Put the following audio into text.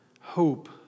hope